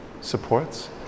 supports